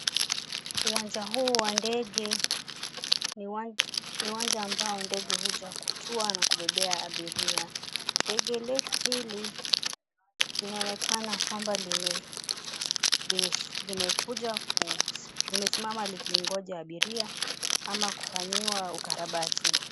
Uwanja huu wa ndege ni uwanja ambao ndege hutua na kubebea abiria. Ndege letu hili linaonekana kwamba limekujalimesimama likingoja abiri ama kufanyiwa ukarabati.